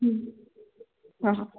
हां हां हां